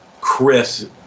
Chris